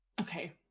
Okay